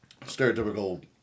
stereotypical